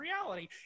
reality